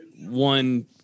one